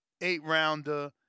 eight-rounder